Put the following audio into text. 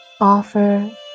Offer